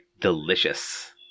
delicious